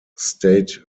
state